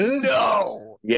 No